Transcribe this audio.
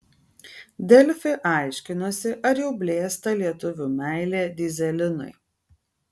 delfi aiškinosi ar jau blėsta lietuvių meilė dyzelinui